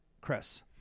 Chris